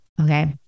Okay